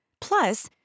Plus